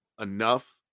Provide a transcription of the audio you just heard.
enough